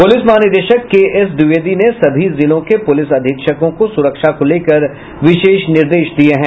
police महानिदेशक केएसद्विवेदी ने सभी जिलों के पुलिस अधीक्षकों को सुरक्षा को लेकर विशेष निर्देश दिये हैं